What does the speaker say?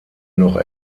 noch